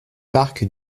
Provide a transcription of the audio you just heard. parc